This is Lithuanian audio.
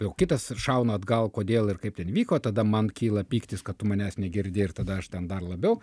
o kitas šauna atgal kodėl ir kaip ten įvyko tada man kyla pyktis kad tu manęs negirdi ir tada aš ten dar labiau